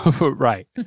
right